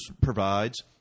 provides